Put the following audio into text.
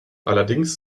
allerdings